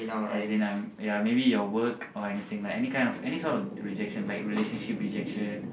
as in I'm ya maybe your work or anything like any kind of any sort of rejection like relationship rejection